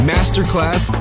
Masterclass